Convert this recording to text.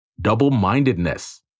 double-mindedness